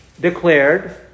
declared